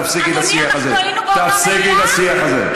תפסיקי את השיח הזה.